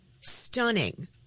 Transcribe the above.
stunning